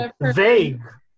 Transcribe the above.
vague